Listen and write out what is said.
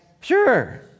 Sure